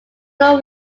know